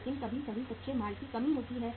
लेकिन कभी कभी कच्चे माल की कमी होती है